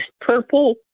purple